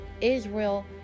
israel